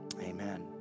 Amen